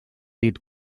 dit